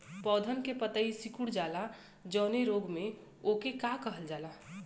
पौधन के पतयी सीकुड़ जाला जवने रोग में वोके का कहल जाला?